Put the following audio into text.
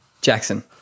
Jackson